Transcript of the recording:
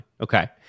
Okay